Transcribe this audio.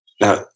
Now